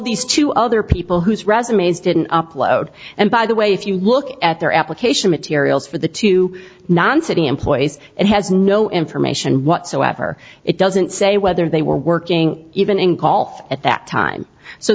these two other people whose resumes didn't upload and by the way if you look at their application materials for the two nonsuch employees and has no information whatsoever it doesn't say whether they were working even in call for at that time so